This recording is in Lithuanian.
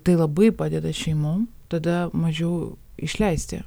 tai labai padeda šeimom tada mažiau išleisti